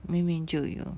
明明就有